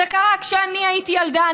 זה קרה כשאני הייתי ילדה.